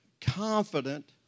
Confident